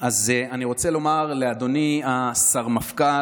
אז אני רוצה לומר לאדוני השר-מפכ"ל